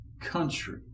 country